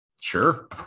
Sure